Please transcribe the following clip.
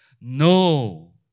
No